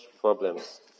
problems